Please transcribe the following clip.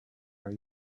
are